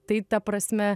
tai ta prasme